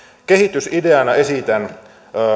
kehitysideana esitän